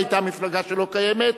היתה המפלגה שלו קיימת,